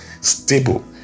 stable